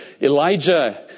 Elijah